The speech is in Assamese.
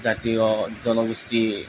জাতীয় জনগোষ্ঠী